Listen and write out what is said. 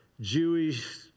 Jewish